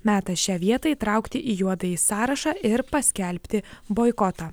metas šią vietą įtraukti į juodąjį sąrašą ir paskelbti boikotą